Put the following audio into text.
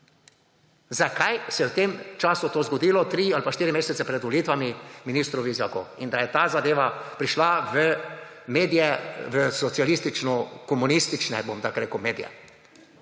zakaj se je v tem času to zgodilo, tri ali pa štiri mesece pred volitvami, ministru Vizjaku, in da je ta zadeva prišla v medije, v socialistično-komunistične, bom tako rekel, medije.